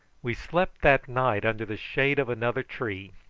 we slept that night under the shade of another tree,